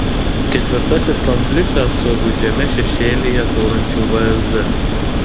ketvirtasis konfliktas su gūdžiame šešėlyje tūnančiu vsd